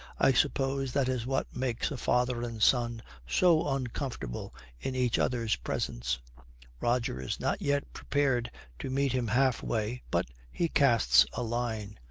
i suppose that is what makes a father and son so uncomfortable in each other's presence roger is not yet prepared to meet him half-way, but he casts a line.